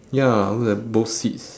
ya look at both seats